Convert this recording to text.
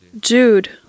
Jude